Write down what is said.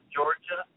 Georgia